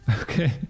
Okay